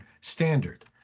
standard